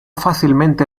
fácilmente